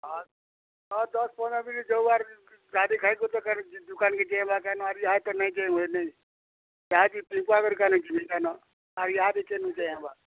ହଁ ନଅ ଦଶ୍ ବଜେ ଗାଧି ଖାଇକରି ଦୁକାନ୍କେ ଯିବା କାଏଁ ନ ଇହାଦେ ନାଇଁ ଯାଇହୁଏ ନାଇଁ ଚାହା ଟିକେ ପି ପୁଆ କରି କାଏଁ ନ ଯିମି କାଏଁ ନ ଆର୍ ଇହାଦେ କେନୁ ଯାଇହେବା